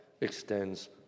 extends